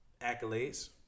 Accolades